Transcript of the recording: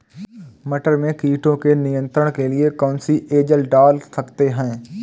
मटर में कीटों के नियंत्रण के लिए कौन सी एजल डाल सकते हैं?